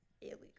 illegal